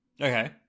Okay